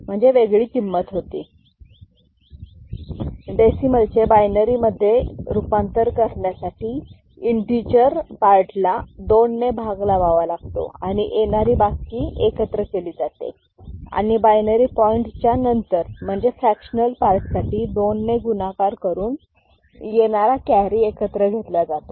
decimal चे binary मध्ये रूपांतर करण्यासाठी इन्टिजर भागला दोन ने भाग लावावा लागतो आणि येणारी बाकी एकत्र केली जाते आणि बायनरी पॉईंटच्या नंतर म्हणजे फ्रॅक्शनल पार्ट साठी दोन ने गुणाकार करून येणारा केरी एकत्र घेतला जातो